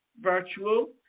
virtual